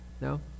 No